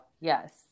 Yes